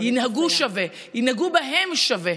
ינהגו שווה וינהגו בהם שווה.